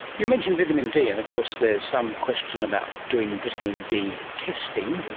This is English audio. you mentioned vitamin d, and of course there is some question about doing vitamin d testing,